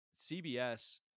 CBS